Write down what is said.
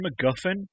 MacGuffin